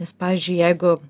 nes pavyzdžiui jeigu